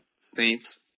Saints